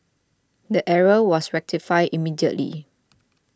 the error was rectified immediately